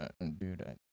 Dude